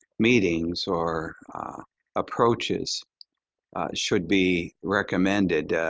meetings or approaches should be recommended,